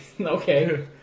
Okay